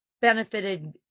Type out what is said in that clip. benefited